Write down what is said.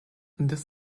this